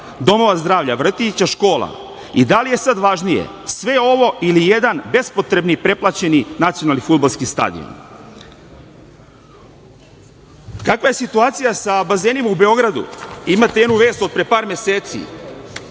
domova zdravlja, vrtića, škola i da li je sada važnije sve ovo ili jedan bespotrebni pretplaćeni nacionalni fudbalski stadion? Kakva je situacija sa bazenima u Beogradu? Imate jednu vest od pre par meseci